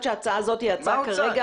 שההצעה הזאת היא הצעה כרגע --- מה הוצג?